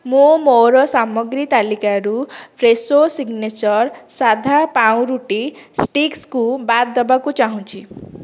ମୁଁ ମୋର ସାମଗ୍ରୀ ତାଲିକାରୁ ଫ୍ରେଶୋ ସିଗ୍ନେଚର୍ ସାଧା ପାଉରୁଟି ଷ୍ଟିକ୍ସ୍ କୁ ବାଦ୍ ଦେବାକୁ ଚାହୁଁଛି